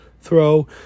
throw